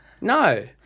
No